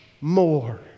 more